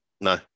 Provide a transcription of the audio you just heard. No